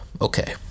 Okay